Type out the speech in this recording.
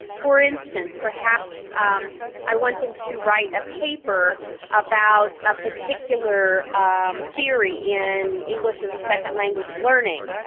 for instance, perhaps i want them to write a paper about a particular um theory in english as a second language learning.